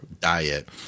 diet